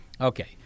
Okay